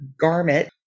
garment